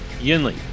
yinli